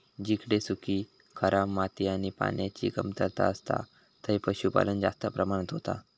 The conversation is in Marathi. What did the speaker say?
जिकडे सुखी, खराब माती आणि पान्याची कमतरता असता थंय पशुपालन जास्त प्रमाणात होता